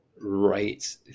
right